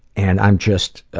and i'm just, ah.